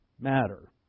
matter